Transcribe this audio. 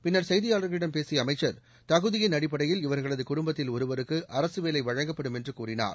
பின்னர் செய்தியாளர்களிடம் பேசிய அமைச்சர் தகுதியின் அடிப்படையில் இவர்களது குடும்பத்தில் ஒருவருக்கு அரசு வேலை வழங்கப்படும் என்று கூறினார்